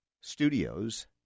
Studios